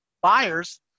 buyers